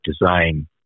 design